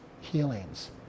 healings